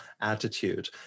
attitude